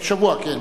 כן.